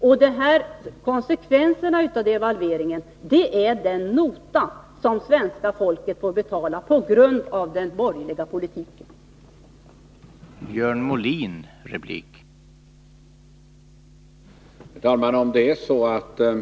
Och konsekvenserna av devalveringen är det pris som svenska folket får betala på grund av den borgerliga politik som förts.